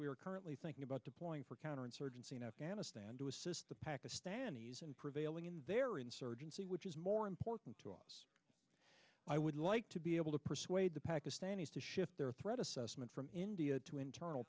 are currently thinking about deploying for counterinsurgency in afghanistan to assist the pakistanis and prevailing in their insurgency which is more important to us i would like to be able to persuade the pakistanis to shift their threat assessment from india to internal